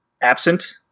absent